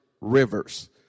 rivers